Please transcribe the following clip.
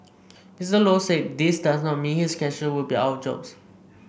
Mister Low said this does not mean his cashiers will be out of jobs